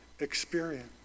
experience